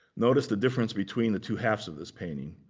notice the difference between the two halves of this painting.